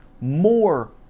more